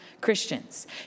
Christians